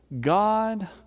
God